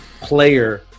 player